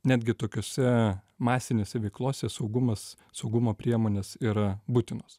netgi tokiose masinėse veiklose saugumas saugumo priemonės yra būtinos